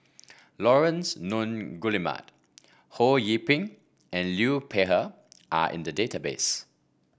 Laurence Nunns Guillemard Ho Yee Ping and Liu Peihe are in the database